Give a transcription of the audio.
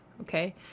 okay